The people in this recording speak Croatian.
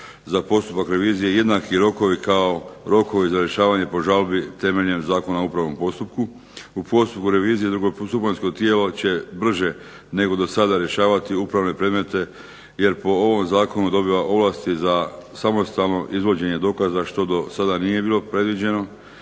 za postupak revizije jednaki rokovi kao rokovi za rješavanje po žalbi temeljem Zakona o upravnom postupku. U postupku revizije drugostupanjsko tijelo će brže nego dosada rješavati upravne predmete jer po ovom zakonu dobiva ovlasti za samostalno izvođenje dokaza što dosada nije bilo predviđeno.